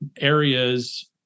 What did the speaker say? areas